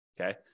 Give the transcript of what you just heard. Okay